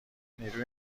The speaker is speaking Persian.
نیروی